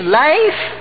life